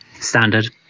Standard